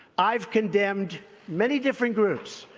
i've condemned many different groups.